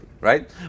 right